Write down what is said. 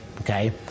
okay